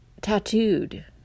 tattooed